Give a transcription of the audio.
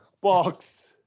Box